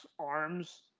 arms